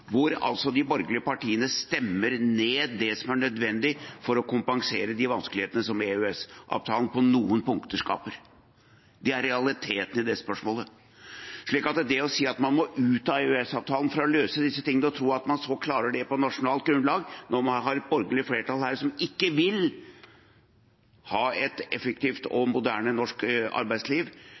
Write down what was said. hvor de borgerlige partiene har stemt ned det som er nødvendig for å kompensere for de vanskelighetene som EØS-avtalen på noen punkter skaper. Det er realiteten i det spørsmålet. Når man sier at man må ut av EØS-avtalen for å løse dette, og så tror at man klarer det på nasjonalt grunnlag når man har et borgerlig flertall her som ikke vil ha et effektivt og moderne norsk arbeidsliv,